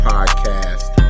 Podcast